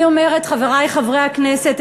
חברי חברי הכנסת,